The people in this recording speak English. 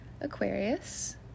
Aquarius